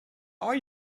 are